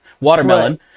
watermelon